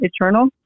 eternal